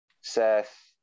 Seth